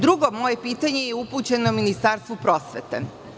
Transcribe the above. Drugo moje pitanje je upućeno Ministarstvu prosvete.